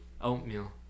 Oatmeal